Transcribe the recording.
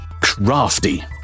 crafty